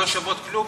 לא נכון.